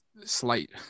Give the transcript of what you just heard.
slight